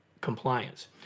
compliance